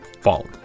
fault